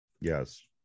Yes